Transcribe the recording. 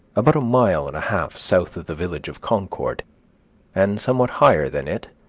ah but a mile and a half south of the village of concord and somewhat higher than it,